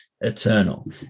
eternal